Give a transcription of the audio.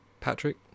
patrick